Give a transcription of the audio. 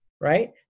right